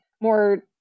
more